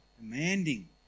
demanding